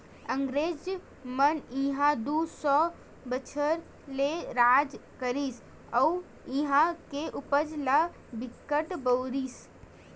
अंगरेज मन इहां दू सौ बछर ले राज करिस अउ इहां के उपज ल बिकट बउरिस